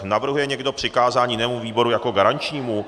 Navrhuje někdo přikázání jinému výboru jako garančnímu?